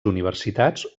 universitats